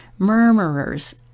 murmurers